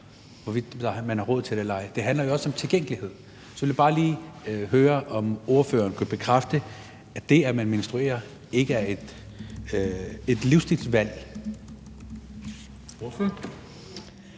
hvorvidt man har råd til det eller ej. Det handler jo også om tilgængelighed. Så jeg vil bare lige høre, om ordføreren kan bekræfte, at det, at man menstruerer, ikke er et livsstilsvalg. Kl.